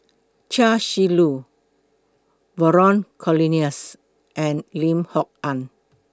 Chia Shi Lu Vernon Cornelius and Lim Kok Ann